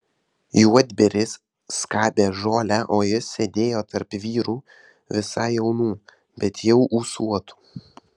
juodbėris skabė žolę o jis sėdėjo tarp vyrų visai jaunų bet jau ūsuotų